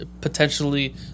potentially